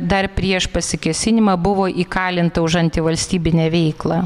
dar prieš pasikėsinimą buvo įkalinta už antivalstybinę veiklą